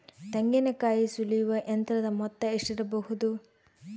ತೆಂಗಿನಕಾಯಿ ಸುಲಿಯುವ ಯಂತ್ರದ ಮೊತ್ತ ಎಷ್ಟಿರಬಹುದು?